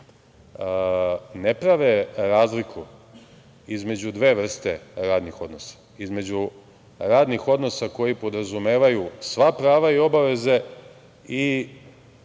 ne prave razliku između dve vrste radnih odnosa, između radnih odnosa koji podrazumevaju sva prava i obaveze i